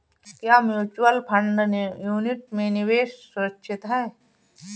क्या mutual fund unit में निवेश सुरक्षित है?